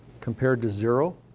compared to zero,